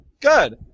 Good